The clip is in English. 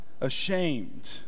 ashamed